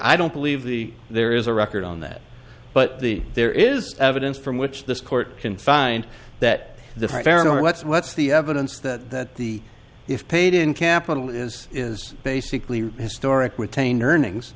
i don't believe the there is a record on that but the there is evidence from which this court can find that the fair and what's what's the evidence that the if paid in capital is is basically historic retained earnings